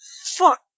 Fuck